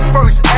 First